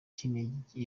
kinigi